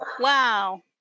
Wow